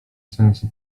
sensu